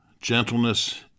Gentleness